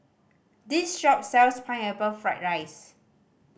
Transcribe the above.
this shop sells Pineapple Fried rice